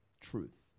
truth